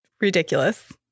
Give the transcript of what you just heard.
ridiculous